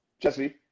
Jesse